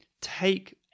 take